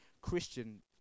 Christian